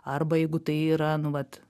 arba jeigu tai yra nu vat